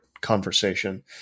conversation